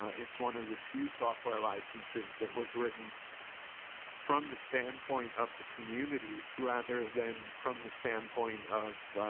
it's one of the few software licenses that was written from the standpoint of the community rather than from the standpoint of